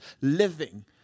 living